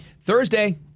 Thursday